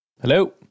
Hello